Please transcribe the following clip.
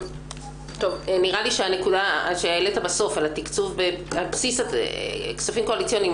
נראה לי שהנקודה שהעלית בסוף על כספים קואליציוניים